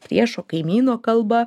priešo kaimyno kalba